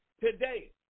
Today